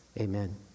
Amen